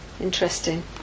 Interesting